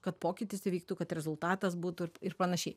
kad pokytis įvyktų kad rezultatas būtų ir panašiai